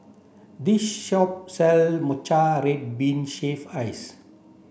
this shop sell Matcha Red Bean Shaved Ice